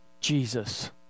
Jesus